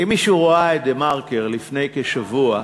אם מישהו ראה את "דה-מרקר" לפני כשבוע,